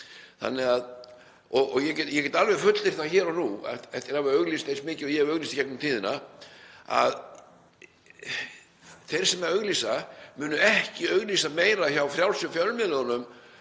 Ríkisútvarpið. Ég get alveg fullyrt það hér og nú, eftir að hafa auglýst eins mikið og ég hef gert í gegnum tíðina, að þeir sem auglýsa munu ekki auglýsa meira hjá frjálsu fjölmiðlunum